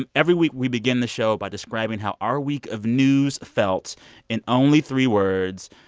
and every week, we begin the show by describing how our week of news felt in only three words.